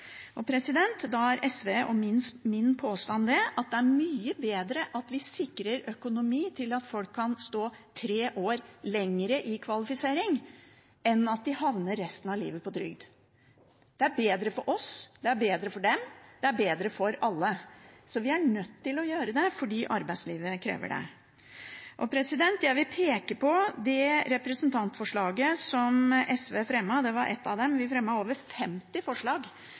Da er SV og min påstand at det er mye bedre at vi sikrer økonomi til at folk kan stå tre år i kvalifisering, enn at de havner på trygd resten av livet. Det er bedre for oss, det er bedre for dem, det er bedre for alle. Vi er nødt til å gjøre dette fordi arbeidslivet krever det. Jeg vil vise til det representantforslaget, ett av dem, som SV fremmet i forrige periode der vi fremmet over 50 forslag